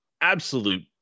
absolute